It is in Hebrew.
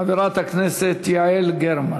חברת הכנסת יעל גרמן.